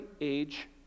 age